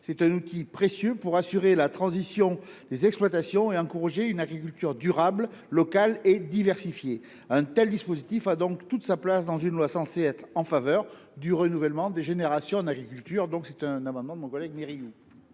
d’un outil précieux pour assurer la transition des exploitations et encourager une agriculture durable, locale et diversifiée. Un tel dispositif a donc toute sa place dans une loi censée favoriser le renouvellement des générations en agriculture. Il convient donc de le